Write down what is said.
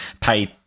pay